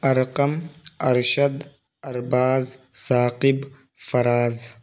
Arqam Arshad Arbaz Saqib Faraz